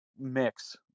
mix